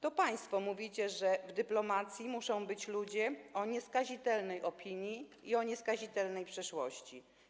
To państwo mówicie, że w dyplomacji muszą być ludzie o nieskazitelnej opinii i nieskazitelnej przeszłości.